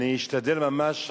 אני אשתדל ממש,